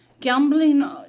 Gambling